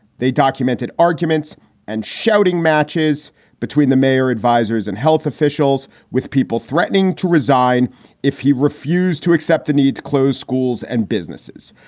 they documented arguments and shouting matches between the mayor, advisers and health officials with people threatening to resign if he refused to accept the need to close schools and businesses.